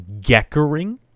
geckering